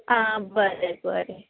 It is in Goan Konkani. आ बरें बरें